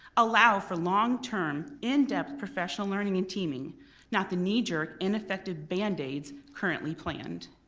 allow for long-term, in-depth professional learning and teaming not the knee-jerk, ineffective band-aids currently planned.